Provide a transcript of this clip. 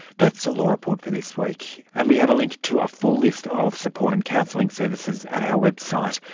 that's the law report for this week, and we have a link to a full list of support and counselling services at our website,